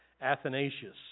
Athanasius